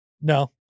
No